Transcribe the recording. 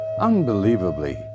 Unbelievably